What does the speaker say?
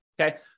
okay